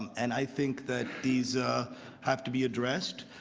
and i think that these have to be addressed.